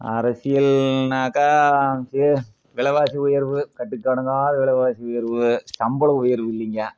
அரசியல்னாக்கா விலைவாசி உயர்வு கட்டுக்கடங்காத விலைவாசி உயர்வு சம்பள உயர்வு இல்லைங்க